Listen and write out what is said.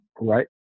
Right